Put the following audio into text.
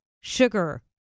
sugar